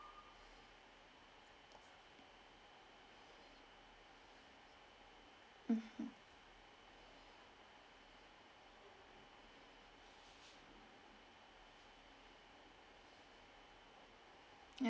mmhmm ya